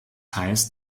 heißt